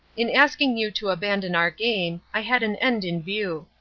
in asking you to abandon our game, i had an end in view.